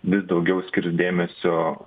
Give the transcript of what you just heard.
vis daugiau skirs dėmesio